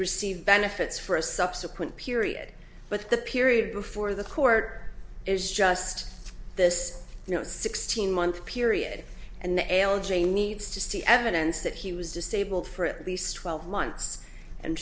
received benefits for a subsequent period but the period before the court is just this you know sixteen month period and nail jamie needs to see evidence that he was disabled for at least twelve months and